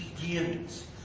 begins